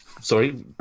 Sorry